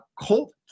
Colt